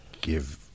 give